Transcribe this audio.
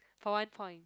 for one point